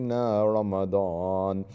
Ramadan